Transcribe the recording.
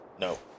No